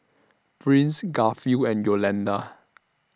Prince Garfield and Yolanda